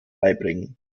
beibringen